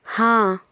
हाँ